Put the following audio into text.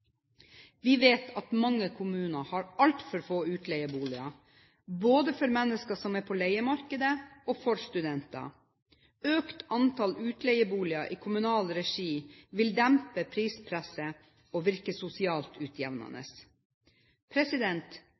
Vi vet at mange kommuner har altfor få utleieboliger både for mennesker som er på leiemarkedet, og for studenter. Økt antall utleieboliger i kommunal regi vil dempe prispresset og virke sosialt utjevnende.